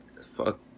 fuck